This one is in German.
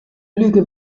lüge